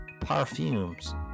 perfumes